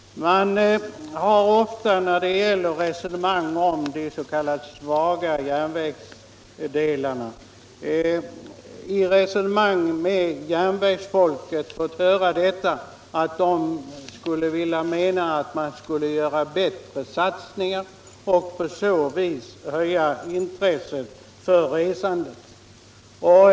När det gäller de s.k. svaga bandelarna har man ofta i resonemang med järnvägsfolket fått höra att statsmakterna borde göra bättre satsningar på järnvägstrafiken och på så vis höja intresset för resandet.